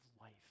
life